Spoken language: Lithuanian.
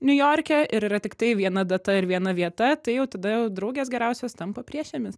niujorke ir yra tiktai viena data ir viena vieta tai jau tada jau draugės geriausios tampa priešėmis